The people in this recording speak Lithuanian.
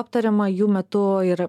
aptariama jų metu ir